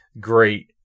great